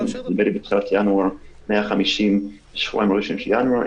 נדמה לי בתחילת ינואר 150. בשבועיים הראשונים של ינואר.